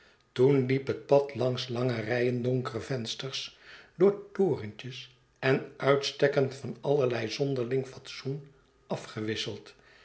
toen liep het pad langs lange rijen donkere vensters door torentjes en uitstekken van allerlei zonderling fatsoen afgewisseld